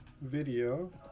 video